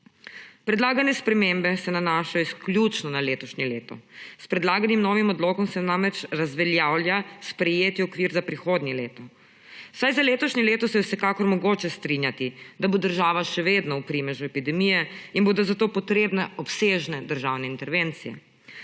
Predlagane spremembe se nanašajo izključno na letošnje leto, s predlaganim novim odlokom se namreč razveljavlja sprejeti okvir za prihodnje leto. Vsaj za letošnje leto se je vsekakor mogoče strinjati, da bo država še vedno v primežu epidemije in bodo za to potrebna obsežna državne intervencije,